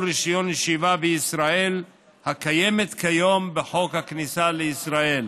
רישיון ישיבה בישראל הקיימת כיום בחוק הכניסה לישראל.